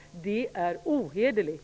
Det är ohederligt.